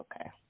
Okay